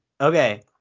Okay